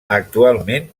actualment